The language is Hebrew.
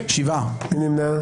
הצבעה לא אושרו.